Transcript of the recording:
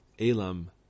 Elam